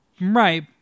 Right